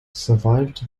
survived